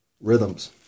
Rhythms